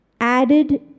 added